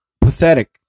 pathetic